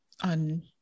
on